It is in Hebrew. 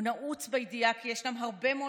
הוא נעוץ בידיעה כי ישנם הרבה מאוד